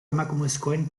emakumezkoen